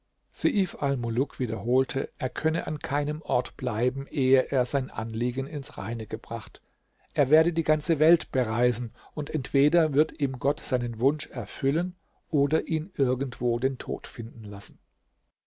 wiederholte er könne an keinem ort bleiben ehe er sein anliegen ins reine gebracht er werde die ganze welt bereisen und entweder wird ihm gott seinen wunsch erfüllen oder ihn irgendwo den tod finden lassen